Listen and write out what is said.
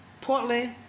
Portland